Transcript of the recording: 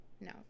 no